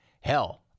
Hell